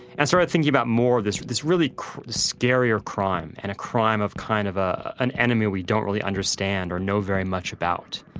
and started thinking about more this this really scarier crime. and a crime of kind of ah an enemy we don't really understand or know very much about.